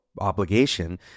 obligation